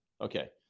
Okay